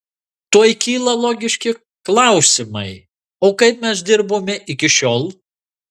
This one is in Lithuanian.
tuoj kyla logiški klausimai o kaip mes dirbome iki šiol